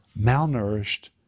malnourished